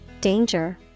danger